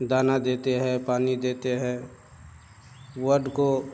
दाना देते है पानी देते है वड को